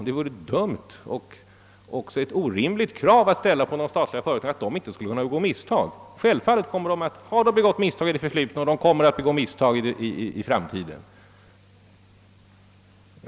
Det vore också dumt att hävda något sådant. Självfallet har de begått misstag i det förflutna, och de kommer också att göra det i framtiden.